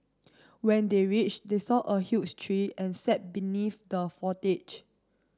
when they reached they saw a huge tree and sat beneath the